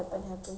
ask what